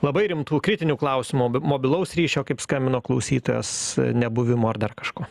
labai rimtų kritinių klausimų be mobilaus ryšio kaip skambino klausytojas nebuvimo ar dar kažko